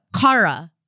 Kara